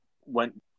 went